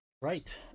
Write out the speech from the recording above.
right